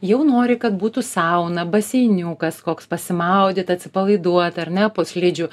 jau nori kad būtų sauna baseiniukas koks pasimaudyt atsipalaiduot ar ne po slidžių